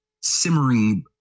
simmering